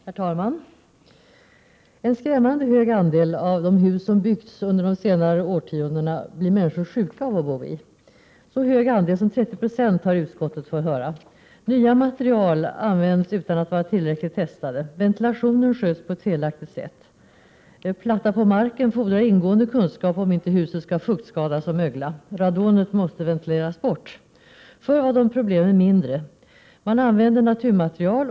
Herr talman! Människor blir sjuka av att bo i en skrämmande hög andel av de hus som har byggts under de senare årtiondena. Det gäller en så hög andel som 30 Ze, har utskottet fått höra. Nya material används utan att vara tillräckligt testade. Ventilationen sköts på ett felaktigt sätt. En platta på marken fordrar ingående kunskap, om inte huset skall fuktskadas och mögla. Radonet måste ventileras bort. Förr var dessa problem mindre. Man använde naturmaterial.